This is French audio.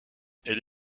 elle